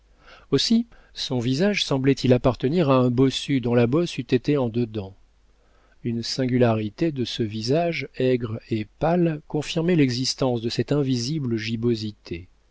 aussi son visage semblait-il appartenir à un bossu dont la bosse eût été en dedans une singularité de ce visage aigre et pâle confirmait l'existence de cette invisible gibbosité